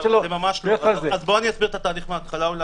אסביר את התהליך מההתחלה.